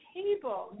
table